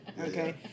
Okay